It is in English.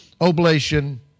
oblation